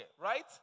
Right